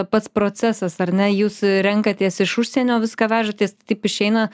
pats procesas ar ne jūs renkatės iš užsienio viską vežatės taip išeina